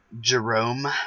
Jerome